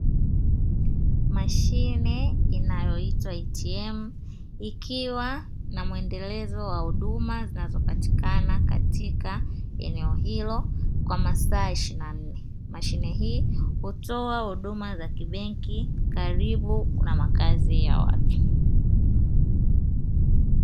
Mashine inayoitwa "ATM" ikiwa na mwendelezo wa huduma zinazopatikana katika eneo hilo kwa masaa ishirini na nne, mashine hii hutoa huduma za kibenki karibu na makazi ya watu.